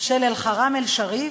של אל-חרם א-שריף,